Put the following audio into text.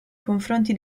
confronti